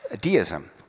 deism